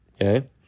Okay